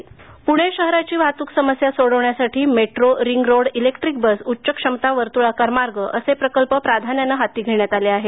वाहतूक समस्या मुख्यमंत्री पुणे शहराची वाहतूक समस्या सोडवण्यासाठी metro ring road electric bus उच्च क्षमता वर्तुळाकार मार्ग असे प्रकल्प प्राधान्याने हाती घेण्यात आले आहेत